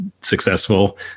successful